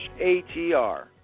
ATR